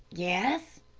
yes,